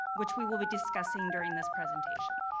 which we will be discussing during this presentation.